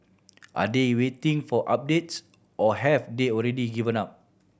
are they waiting for updates or have they already given up